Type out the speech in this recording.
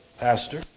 pastor